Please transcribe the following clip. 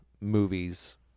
movies